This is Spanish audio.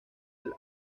del